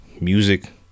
music